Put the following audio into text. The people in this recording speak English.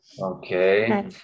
Okay